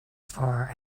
for